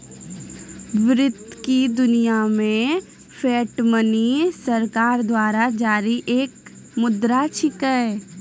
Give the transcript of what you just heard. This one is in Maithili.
वित्त की दुनिया मे फिएट मनी सरकार द्वारा जारी एक मुद्रा छिकै